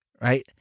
right